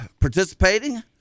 participating